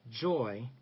joy